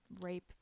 rape